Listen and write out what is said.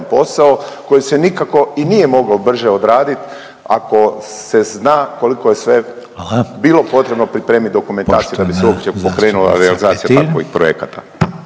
posao koji se nikako i nije mogao brže odradit ako se zna koliko je sve…/Upadica Reiner: Hvala./…bilo potrebno pripremit dokumentacije da bi se uopće pokrenula realizacija takovih projekata.